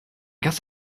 guess